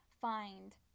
find